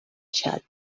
xat